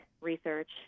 research